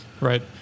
Right